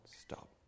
stop